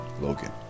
Logan